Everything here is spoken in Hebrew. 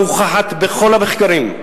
מוכחת בכל המחקרים,